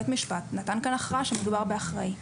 בית המשפט נתן כאן הכרעה שמדובר באחראי.